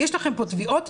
יש לכם פה תביעות,